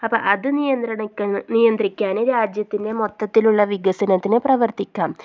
അപ്പം അത് നിയന്ത്രിക്കാൻ രാജ്യത്തിൻ്റെ മൊത്തത്തിലുള്ള വികസനത്തിന് പ്രവർത്തിക്കാം